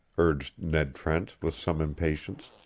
urged ned trent, with some impatience.